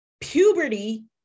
puberty